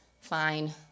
Fine